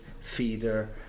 feeder